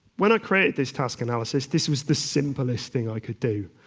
when i created this task analysis, this was the simplest thing i could do.